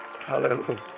Hallelujah